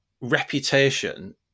reputation